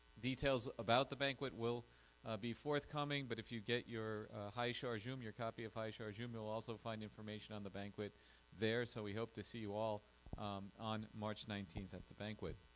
details about the banquet will be forthcoming but if you get your hye sharzhoom, your copy of hye sharzhoom, you will also find information on the banquet there, so we hope to see you all on march nineteenth at the banquet.